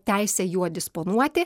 teisę juo disponuoti